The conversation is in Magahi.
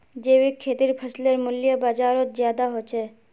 जैविक खेतीर फसलेर मूल्य बजारोत ज्यादा होचे